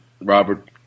Robert